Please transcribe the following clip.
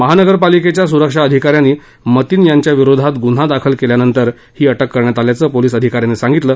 महापालिकेच्या सुरक्षा अधिकाऱ्यांनी मतीन यांच्याविरोधात गुन्हा दाखल केल्यानंतर ही अटक करण्यात आल्याचं पोलिस अधिकाऱ्यांनी सांगितलं